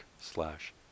slash